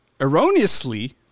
erroneously